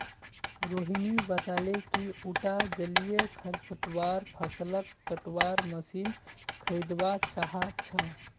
रोहिणी बताले कि उटा जलीय खरपतवार फ़सलक कटवार मशीन खरीदवा चाह छ